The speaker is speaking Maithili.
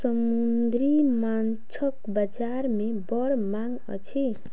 समुद्री माँछक बजार में बड़ मांग अछि